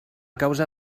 causa